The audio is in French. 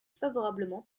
favorablement